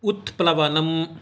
उत्प्लवनम्